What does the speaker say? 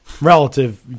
relative